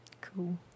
Cool